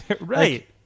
Right